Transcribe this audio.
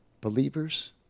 Believers